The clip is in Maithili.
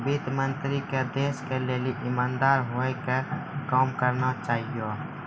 वित्त मन्त्री के देश के लेली इमानदार होइ के काम करना चाहियो